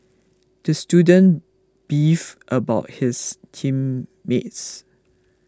the student beefed about his team meets